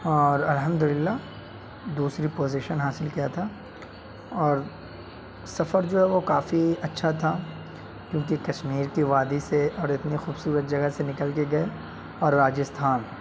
اور الحمد للہ دوسری پوزیشن حاصل کیا تھا اور سفر جو ہے وہ کافی اچھا تھا کیوںکہ کشمیر کی وادی سے اور اتنی خوبصورت جگہ سے نکل کے گئے اور راجستھان